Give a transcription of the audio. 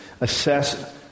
assess